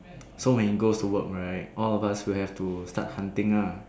so when he goes to work right all of us will have to start hunting ah